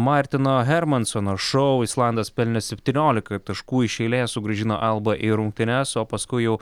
martino hermansono šou islandas pelnė septyniolika taškų iš eilės sugrąžino albą į rungtynes o paskui jau